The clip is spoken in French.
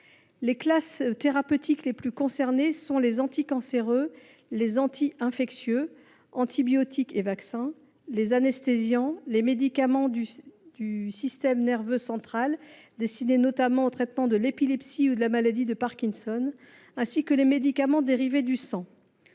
Les classes thérapeutiques les plus concernées sont les anticancéreux, les anti infectieux – antibiotiques et vaccins –, les anesthésiants, les médicaments du système nerveux central destinés notamment au traitement de l’épilepsie ou de la maladie de Parkinson, ainsi que les médicaments dérivés du sang.